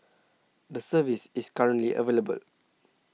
the service is currently available